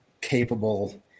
capable